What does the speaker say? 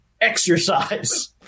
exercise